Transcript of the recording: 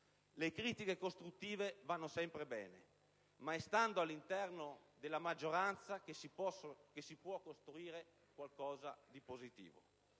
Le critiche costruttive vanno sempre bene, ma è stando all'interno della maggioranza che si può costruire qualcosa di positivo.